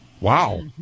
wow